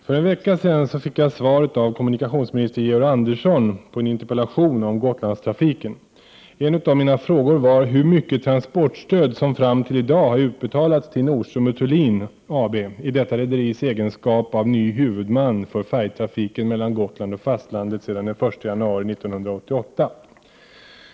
Herr talman! För en vecka sedan fick jag av kommunikationsminister Georg Andersson svar på en interpellation om Gotlandstrafiken. En av mina frågor var hur mycket transportstöd som fram till i dag har utbetalats till Nordström & Thulin AB i detta rederis egenskap av ny huvudman för färjetrafiken mellan Gotland och fastlandet sedan den 1 januari 1988.